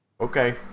Okay